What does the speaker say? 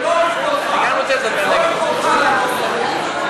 זה לא מכבודך, גם אני רוצה לדבר נגד זה.